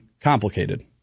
complicated